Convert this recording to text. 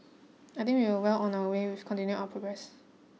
I think we are well on our way with continuing our progress